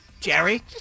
jerry